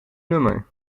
nummer